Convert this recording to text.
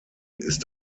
ist